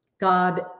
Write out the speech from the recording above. God